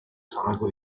samego